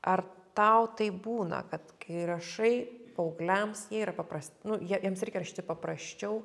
ar tau taip būna kad kai rašai paaugliams jie yra papras jie iems reikia rašyti paprasčiau